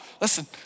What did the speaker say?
Listen